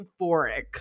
euphoric